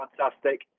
Fantastic